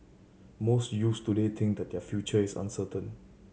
most youths today think that their future is uncertain